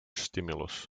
stimulus